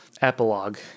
Epilogue